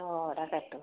অঁ তাকেতো